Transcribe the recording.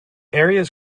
areas